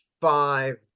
five